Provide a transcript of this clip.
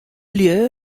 lju